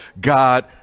God